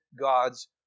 God's